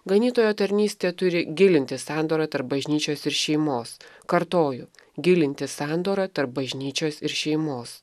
ganytojo tarnystė turi gilinti sandorą tarp bažnyčios ir šeimos kartoju gilinti sandorą tarp bažnyčios ir šeimos